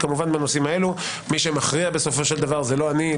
וכמובן בנושאים אלה מי שמכריע זה לא אני,